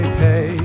pay